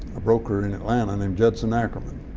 broker in atlanta named judson ackerman